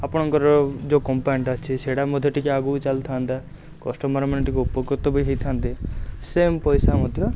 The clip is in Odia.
ଆପଣଙ୍କର ଯେଉଁ କମ୍ପାନୀଟା ଅଛି ସେଇଟା ମଧ୍ୟ ଟିକିଏ ଆଗକୁ ଚାଲିଥାନ୍ତା କଷ୍ଟମର୍ମାନେ ଟିକିଏ ଉପକୃତ ବି ହେଇଥାନ୍ତେ ସେମ୍ ପଇସା ମଧ୍ୟ